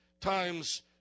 times